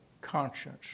conscience